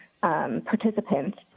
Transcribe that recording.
Participants